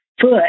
foot